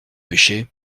pêchaient